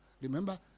remember